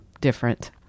different